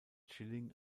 schilling